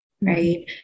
right